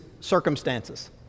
circumstances